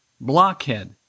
blockhead